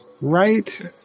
Right